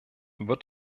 wird